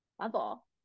level